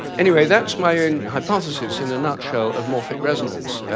anyway, that's my own hypothesis in a nutshell of morphic resonance.